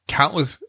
countless